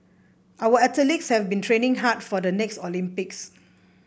our athletes have been training hard for the next Olympics